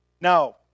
Now